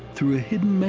through a hidden